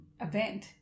event